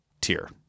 tier